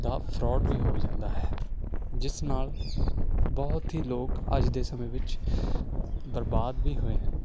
ਦਾ fraud ਵੀ ਹੋ ਜਾਂਦਾ ਹੈ ਜਿਸ ਨਾਲ ਬਹੁਤ ਹੀ ਲੋਕ ਅੱਜ ਦੇ ਸਮੇਂ ਵਿੱਚ ਬਰਬਾਦ ਵੀ ਹੋਏ ਹਨ